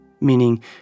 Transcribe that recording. meaning